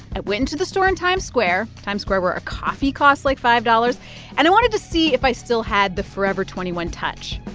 i went to the store in times square times square, where a coffee costs, like, five dollars and i wanted to see if i still had the forever twenty one touch.